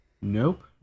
Nope